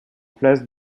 place